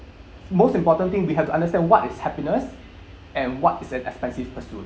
most important thing we have to understand what is happiness and what is an expensive pursuit